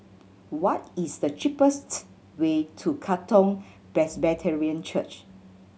what is the cheapest way to Katong Presbyterian Church